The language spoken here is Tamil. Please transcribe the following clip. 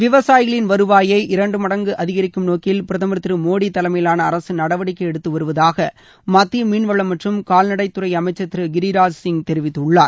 விவசாயிகளின் வருவாயை இரண்டு மடங்கு அதிகரிக்கும் நோக்கில் பிரதமர் திரு மோடி தலைமையிவாள அரசு நடவடிக்கை எடுத்து வருவதாக மத்திய மீன்வளம் மற்றும் கால்நடைத்துறை அமைச்சர் திரு கிரிராஜ்சிங் தெரிவித்துள்ளார்